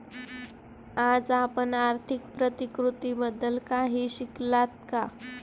आज आपण आर्थिक प्रतिकृतीबद्दल काही शिकलात का?